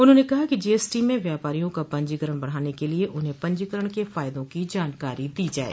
उन्होंने कहा कि जीएसटी में व्यापारियों का पंजीकरण बढ़ाने के लिये उन्हें पंजीकरण के फायदों की जानकारी दी जाये